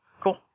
Cool